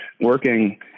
working